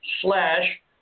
slash